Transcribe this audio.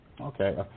Okay